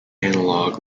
analog